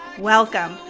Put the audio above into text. Welcome